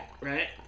right